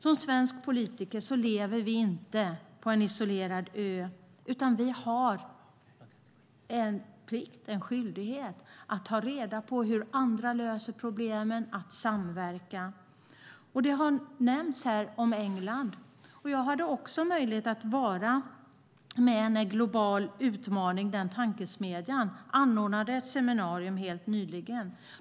Som svenska politiker lever vi inte på en isolerad ö, utan vi har en plikt, en skyldighet, att ta reda på hur andra löser problemen och att samverka. England har nämnts här. Jag hade möjlighet att vara med när tankesmedjan Global Utmaning helt nyligen anordnade ett seminarium.